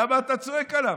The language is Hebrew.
למה אתה צועק עליו?